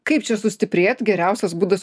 kaip čia sustiprėt geriausias būdas